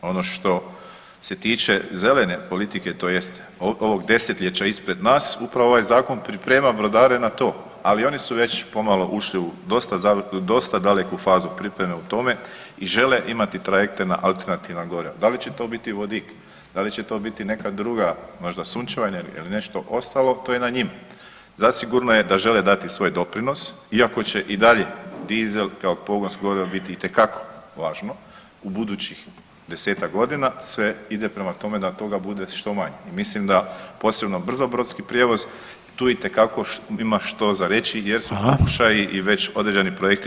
Ono što se tiče zelene politike tj. ovog 10-ljeća ispred nas upravo ovaj zakon priprema brodare na to, ali oni su već pomalo ušli u dosta, dosta daleku fazu pripreme u tome i žele imati trajekte na alternativna goriva, da li će to biti vodik, da li će to biti neka druga možda sunčeva energija ili nešto ostalo to je na njima, zasigurno je da žele dati svoj doprinos iako će i dalje dizel kao pogonsko gorivo biti itekako važno u budućih 10-tak godina, sve ide prema tome da toga bude što manje i mislim da posebno brzobrodski prijevoz tu itekako ima što za reći jer [[Upadica: Hvala]] jer su pokušaji i već određeni projekti dali i druge rezultate.